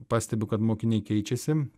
pastebiu kad mokiniai keičiasi